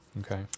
okay